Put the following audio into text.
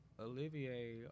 Olivier